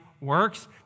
Works